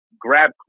grab